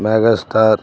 mega star